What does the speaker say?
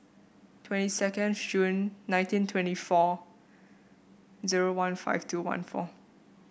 twenty second June nineteen twenty four zero one five two one four